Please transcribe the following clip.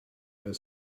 her